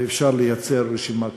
ואפשר לייצר רשימה כזאת.